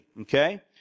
Okay